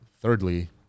thirdly